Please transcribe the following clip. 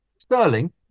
Sterling